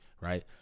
Right